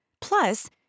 Plus